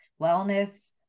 wellness